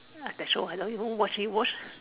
that show I don't even watch and you watch